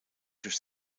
durch